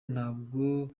ntabwo